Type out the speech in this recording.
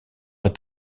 est